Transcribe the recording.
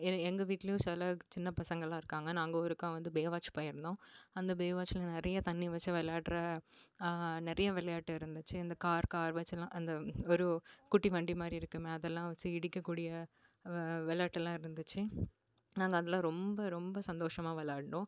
எ எங்கள் வீட்டிலயும் சில சின்ன பசங்கெல்லாம் இருக்காங்கள் நாங்கள் ஒருக்கா வந்து பேவாட்ச் போயிருந்தோம் அந்த பேவாட்ச்சில் நிறைய தண்ணி வச்சு விளாட்ற நிறைய விளையாட்டு இருந்துச்சு இந்த கார் கார் வச்சிலாம் அந்த ஒரு குட்டி வண்டி மாதிரி இருக்குமே அதெல்லாம் வச்சு இடிக்கக்கூடிய விளாட்டெல்லாம் இருந்துச்சு நாங்கள் அதெலாம் ரொம்ப ரொம்ப சந்தோஷமாக விளாண்டோம்